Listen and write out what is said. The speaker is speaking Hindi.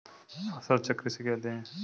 फसल चक्र किसे कहते हैं?